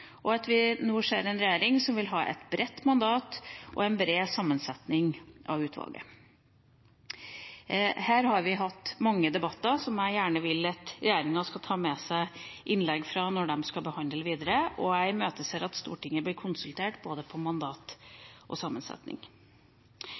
og at vi nå ser en regjering som vil ha et bredt mandat og en bred sammensetning av utvalget. Vi har hatt mange debatter her som jeg gjerne vil at regjeringa skal ta med seg innlegg fra når de skal behandle dette videre. Jeg imøteser at Stortinget blir konsultert på både mandat